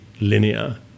linear